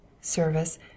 service